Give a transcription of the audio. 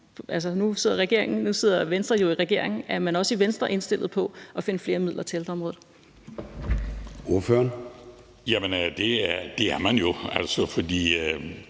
Nu sidder Venstre jo i regering, og er man også i Venstre indstillet på at finde flere midler til ældreområdet? Kl.